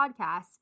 podcasts